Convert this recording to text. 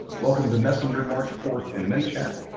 welcome to messenger, march fourth and manychat.